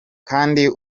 kandi